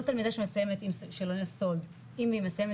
כל תלמידה שמסיימת סולד אם היא מסיימת